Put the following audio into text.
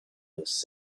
those